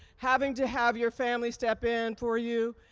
having to have your family step in for you.